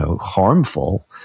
harmful